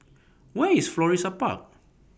Where IS Florissa Park